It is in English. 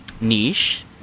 niche